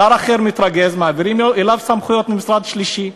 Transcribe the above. שר אחר מתרגז, מעבירים אליו סמכויות ממשרד שלישי.